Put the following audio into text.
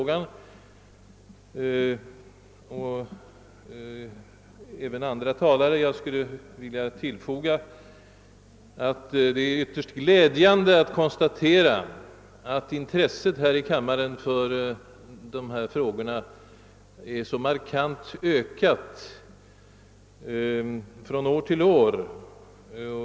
Jag vill emellertid som tidigare motionär i detta samtidigt konstatera att det är ett ytterst glädjande faktum att intresset här i kammaren för bättre stöd åt denna rörelse har ökat så markant från år till år.